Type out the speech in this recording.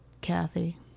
Kathy